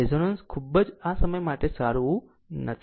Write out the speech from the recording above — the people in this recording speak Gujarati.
રેઝોનન્સ ખૂબ જ આ સિસ્ટમ માટે સારું નથી